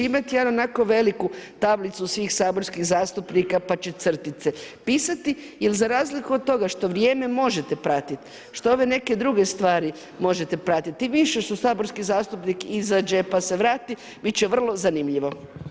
Čime … onako veliku tablicu svih saborskih zastupnika, pa će crtice pisati, jer za razliku od toga, što vrijeme možete pratiti, što ove neke druge stvari, možete pratiti, tim više što saborski zastupnik izađe pa se vrati, biti će vrlo zanimljivo.